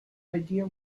idea